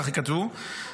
כך כתבו,